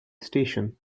station